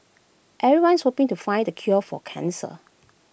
everyone's hoping to find the cure for cancer